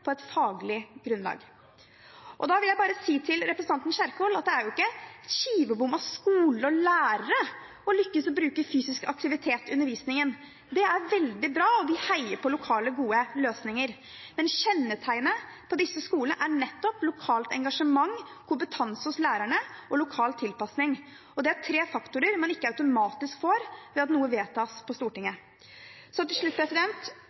på et faglig grunnlag. Til representanten Kjerkol vil jeg si: Det er jo ikke skivebom av skolen og lærerne å lykkes i å bruke fysisk aktivitet i undervisningen. Det er veldig bra, og vi heier på gode lokale løsninger. Men kjennetegnet på disse skolene er nettopp lokalt engasjement, kompetanse hos lærerne og lokal tilpassing. Det er tre faktorer man ikke automatisk får ved at noe vedtas på Stortinget. Til slutt: